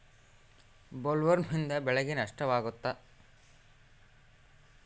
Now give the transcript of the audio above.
ಬೊಲ್ವರ್ಮ್ನಿಂದ ಬೆಳೆಗೆ ನಷ್ಟವಾಗುತ್ತ?